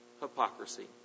hypocrisy